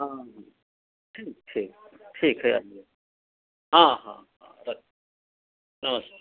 हाँ हाँ ठीक है ठीक है हाँ हाँ रखते हैँ नमस्ते